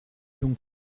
donc